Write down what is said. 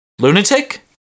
Lunatic